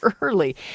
early